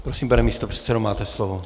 Prosím, pane místopředsedo, máte slovo.